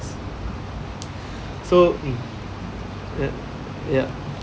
so mm yep yep